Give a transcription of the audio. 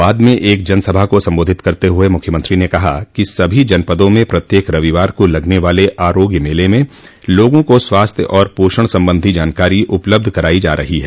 बाद में एक जनसभा को सम्बोधित करते हुए मुख्यमंत्री ने कहा कि सभी जनपदों में प्रत्येक रविवार को लगने वाले आरोग्य मेले में लोगों को स्वास्थ्य और पोषण संबधी जानकारी उपलब्ध कराई जा रही है